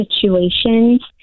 situations